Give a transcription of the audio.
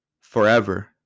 forever